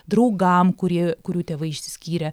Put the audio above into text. draugam kurie kurių tėvai išsiskyrė